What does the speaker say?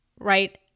right